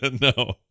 No